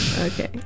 Okay